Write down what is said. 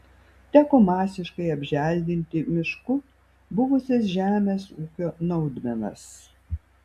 teko masiškai apželdinti mišku buvusias žemės ūkio naudmenas